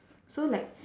so like